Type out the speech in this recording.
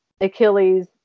Achilles